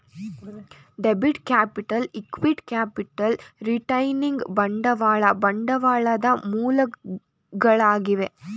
debit capital, equity capital, retaining ಬಂಡವಾಳ ಬಂಡವಾಳದ ಮೂಲಗಳಾಗಿವೆ